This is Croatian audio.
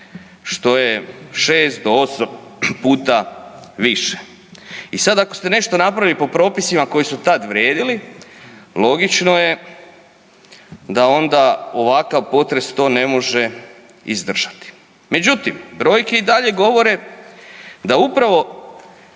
što je 6 do 8 puta više. I sad ako se napravi po propisima koji su tad vrijedili, logično je da onda ovakav potres to ne može izdržati. Međutim brojke i dalje govore da upravo